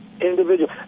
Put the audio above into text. individual